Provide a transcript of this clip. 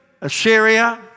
Assyria